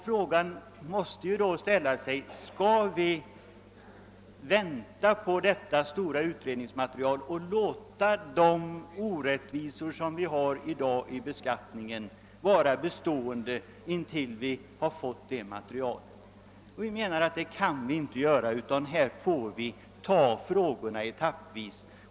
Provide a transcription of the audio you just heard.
Frågan måste därför ställas: Skall vi vänta på detta stora utredningsmaterial och låta de orättvisor som i dag finns i beskattningen vara bestående intill dess vi har fått fram det materialet? Utskottet menar att det kan vi inte göra utan att vi måste ta upp frågorna etappvis.